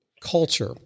culture